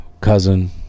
cousin